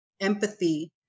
empathy